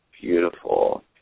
beautiful